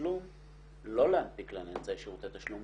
אז לא נדבר מה צריך שייכנסו אפליקציות.